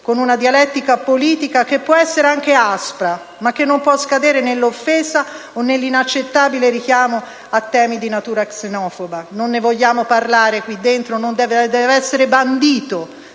con una dialettica politica che può essere anche aspra, ma che non può scadere nell'offesa o nell'inaccettabile richiamo a temi di natura xenofoba. Non ne vogliamo parlare qui dentro; in questo luogo deve essere bandito